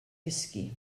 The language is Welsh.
gysgu